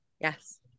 Yes